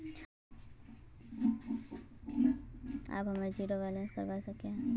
आप हमार zero balance खोल ले की करवा सके है?